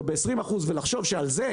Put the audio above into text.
גם אני הייתי באופוזיציה ועכשיו אני בקואליציה.